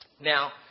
Now